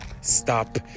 Stop